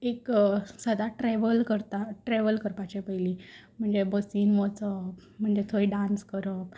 एक सदांच ट्रेवल करता ट्रेवल करपाचे पयलीं म्हणजे बसीन वचप म्हणजे थंय डान्स करप